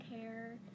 care